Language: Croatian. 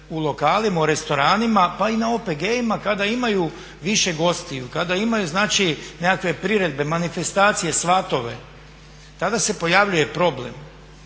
u lokalima, u restoranima, pa i na OPG-ima kada imaju više gostiju, kada imaju znači nekakve priredbe, manifestacije, svatove tada se pojavljuje problem,